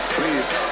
Please